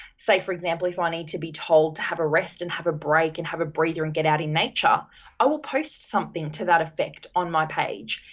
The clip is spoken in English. say for example if i need to be told have a rest and have a break and have a breather and get out in nature i would post something to that effect on my page.